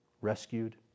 Rescued